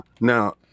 Now